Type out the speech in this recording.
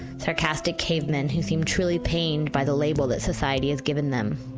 sarcastic cavemen, who seemed truly pained by the label that society has given them.